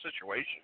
situation